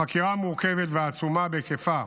החקירה המורכבת והעצומה בהיקפה